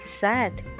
sad